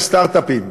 וסטרט-אפים.